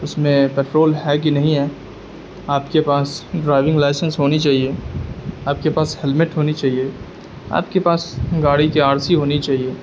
اس میں پٹرول ہے کہ نہیں ہے آپ کے پاس ڈرائیونگ لائسنس ہونی چاہیے آپ کے پاس ہیلمیٹ ہونی چاہیے آپ کے پاس گاڑی کے آر سی ہونی چاہیے